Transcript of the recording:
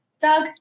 Doug